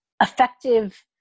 effective